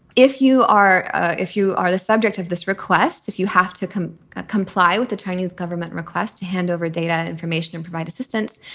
if you are ah if you are the subject of this request, if you have to ah comply with the chinese government request to hand over data information and provide assistance,